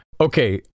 Okay